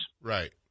Right